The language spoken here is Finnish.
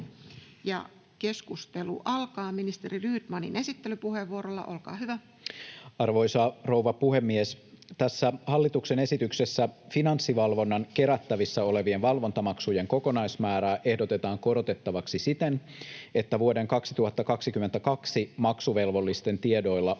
siihen liittyviksi laeiksi Time: 17:33 Content: Arvoisa rouva puhemies! Tässä hallituksen esityksessä Finanssivalvonnan kerättävissä olevien valvontamaksujen kokonaismäärää ehdotetaan korotettavaksi siten, että vuoden 2022 maksuvelvollisten tiedoilla